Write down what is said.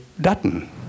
Dutton